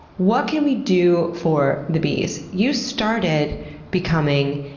what can we do for the bees? you started becoming